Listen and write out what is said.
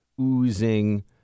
oozing